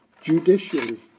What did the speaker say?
Judicially